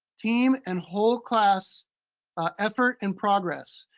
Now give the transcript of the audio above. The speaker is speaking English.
team, and whole class effort and progress.